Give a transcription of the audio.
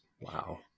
wow